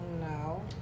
No